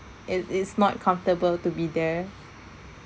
it is not comfortable to be there